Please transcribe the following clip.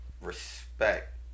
respect